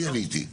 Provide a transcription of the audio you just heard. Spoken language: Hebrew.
אני עניתי,